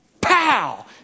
Pow